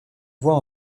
voix